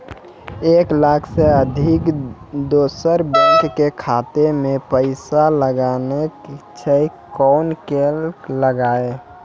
एक लाख से अधिक दोसर बैंक के खाता मे पैसा लगाना छै कोना के लगाए?